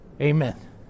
Amen